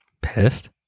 Pissed